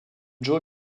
joe